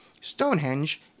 Stonehenge